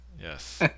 yes